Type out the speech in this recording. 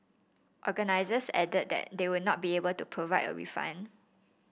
organisers added that they would not be able to provide a refund